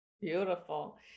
Beautiful